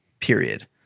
period